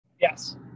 Yes